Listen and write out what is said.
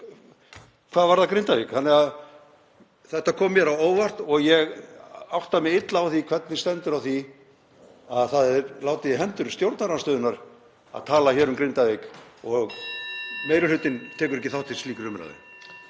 hvað varðar Grindavík. Þetta kom mér á óvart og ég átta mig illa á því hvernig stendur á því að það er látið í hendur stjórnarandstöðunnar að tala um Grindavík og meiri hlutinn tekur ekki þátt í slíkri umræðu.